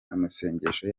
amasengesho